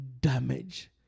damage